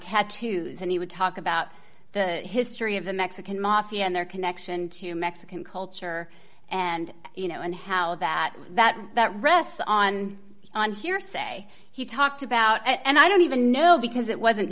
tattoos and he would talk about the history of the mexican mafia and their connection to mexican culture and the you know and how that that rests on on hearsay he talked about and i don't even know because it wasn't